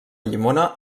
llimona